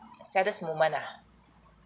saddest moment ah